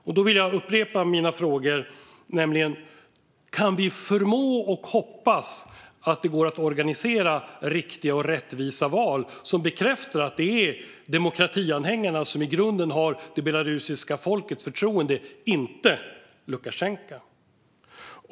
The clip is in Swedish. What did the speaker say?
Jag vill upprepa mina frågor, nämligen: Kan vi förmå detta och hoppas att det går att organisera riktiga och rättvisa val som bekräftar att det är demokratianhängarna som i grunden har det belarusiska folkets förtroende och inte Lukasjenko?